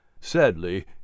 Sadly